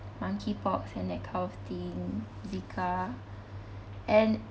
monkey pox and that kind of thing zika and